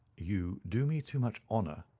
you do me too much honour,